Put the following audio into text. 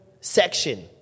section